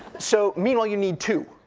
so meanwhile, you need two.